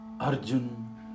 Arjun